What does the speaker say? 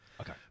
Okay